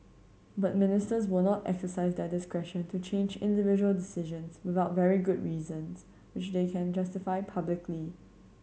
but Ministers will not exercise their discretion to change individual decisions without very good reasons which they can justify publicly